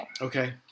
Okay